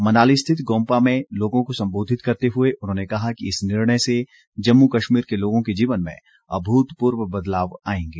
मनाली स्थित गोम्पा में लोगों को सम्बोधित करते हुए उन्होंने कहा कि इस निर्णय से जम्मू कश्मीर के लोगों के जीवन में अभूतपूर्व बदलाव आएंगे